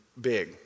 big